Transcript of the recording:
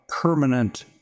permanent